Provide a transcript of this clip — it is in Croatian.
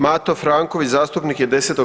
Mato Franković zastupnik je 10.